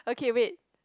okay wait